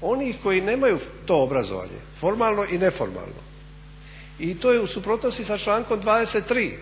onih koji nemaju to obrazovanje, formalno i neformalno i to je u suprotnosti sa člankom 23.